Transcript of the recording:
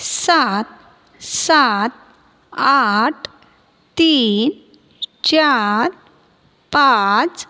सात सात आठ तीन चार पाच